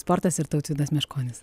sportas ir tautvydas meškonis